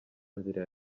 nzira